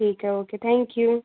ठीक है okay thank you